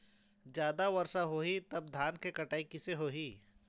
जादा वर्षा होही तब धान के कटाई कैसे होही?